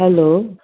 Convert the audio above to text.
hello